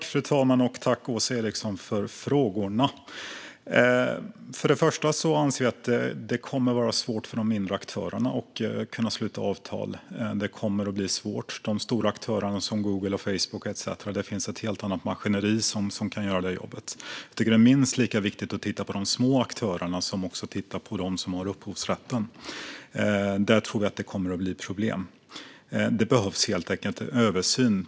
Fru talman! Tack för frågorna, Åsa Eriksson! Först och främst anser vi att det kommer att vara svårt för de mindre aktörerna att sluta avtal. Hos de stora aktörerna, som Google, Facebook etcetera, finns ett helt annat maskineri som kan göra det jobbet. Jag tycker att det är minst lika viktigt att titta på de små aktörerna som att titta på dem som har upphovsrätten. Där tror vi alltså att det kommer att bli problem, och det behövs helt enkelt en översyn.